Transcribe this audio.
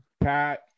Pat